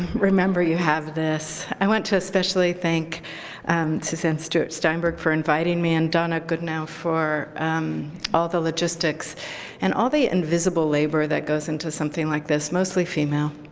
remember you have this. i want to especially thank suzanne stewart-steinberg for inviting me, and donna goodenow now for all the logistics and all the invisible labor that goes into something like this, mostly female.